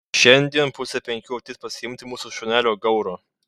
šiandien pusę penkių ateis pasiimti mūsų šunelio gauro